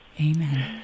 Amen